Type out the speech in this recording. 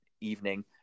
evening